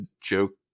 joke